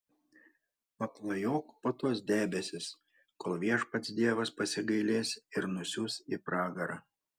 paklajok po tuos debesis kol viešpats dievas pasigailės ir nusiųs į pragarą